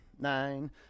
nine